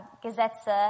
Gesetze